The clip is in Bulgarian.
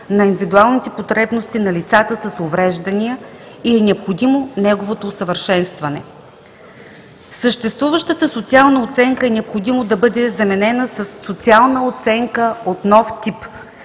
на индивидуалните потребности на лицата с увреждания и е необходимо неговото усъвършенстване. Съществуващата социална оценка е необходимо да бъде заменена със социална оценка от нов тип,